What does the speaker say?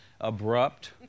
Abrupt